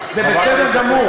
זה בסדר גמור,